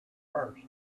first